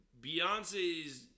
Beyonce's